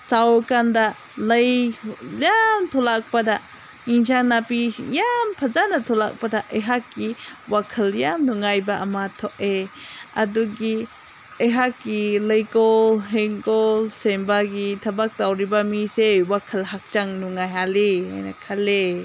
ꯆꯥꯎꯔꯀꯥꯟꯗ ꯂꯩ ꯌꯥꯝ ꯊꯣꯛꯂꯛꯄꯗ ꯑꯦꯟꯁꯥꯡ ꯅꯥꯄꯤ ꯌꯥꯝꯅ ꯐꯖꯅ ꯊꯣꯛꯂꯛꯄꯗ ꯑꯩꯍꯥꯛꯀꯤ ꯋꯥꯈꯜ ꯌꯥꯝ ꯅꯨꯡꯉꯥꯏꯕ ꯑꯃ ꯊꯣꯛꯑꯦ ꯑꯗꯨꯒꯤ ꯑꯩꯍꯥꯛꯀꯤ ꯂꯩꯀꯣꯜ ꯍꯩꯀꯣꯜ ꯁꯦꯝꯕꯒꯤ ꯊꯕꯛ ꯇꯧꯔꯤꯕ ꯃꯤꯁꯦ ꯋꯥꯈꯜ ꯍꯛꯆꯥꯡ ꯅꯨꯡꯉꯥꯏꯍꯜꯂꯤ ꯍꯥꯏꯅ ꯈꯜꯂꯤ